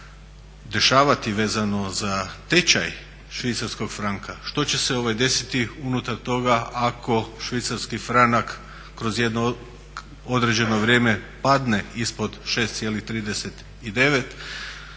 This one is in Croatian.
dešavati vezano za tečaj švicarskog franka, što će se desiti unutar toga ako švicarski franak kroz jedno određeno vrijeme padne ispod 6,39,